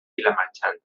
vilamarxant